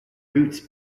boots